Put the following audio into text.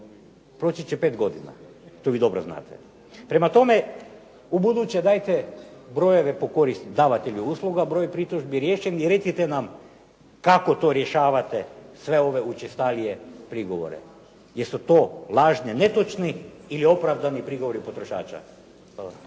proći će 5 godina. To vi dobro znate. Prema tome, ubuduće dajte brojeve po korist davatelju usluga broj pritužbi riješenih i recite nam kako to rješavate sve ove učestalije prigovore. Jesu to lažni netočni ili opravdani prigovori potrošača? Hvala.